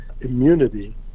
immunity